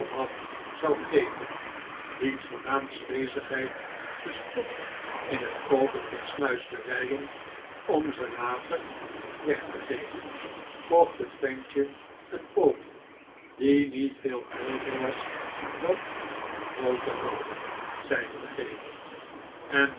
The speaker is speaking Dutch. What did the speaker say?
had zou geven wiens voornaamste bezigheid bestond in het koopen van snuisterijen om ze later weg te geven kocht het ventje een pony die niet veel grooter was dan een groote rat zeide de gever en